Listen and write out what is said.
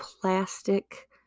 plastic